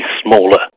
smaller